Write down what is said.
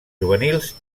juvenils